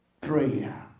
prayer